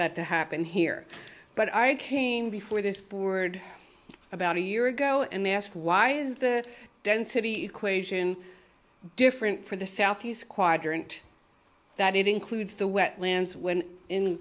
that to happen here but i came before this board about a year ago and asked why is the density equation different for the southeast quadrant that it includes the wetlands when